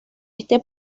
este